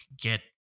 get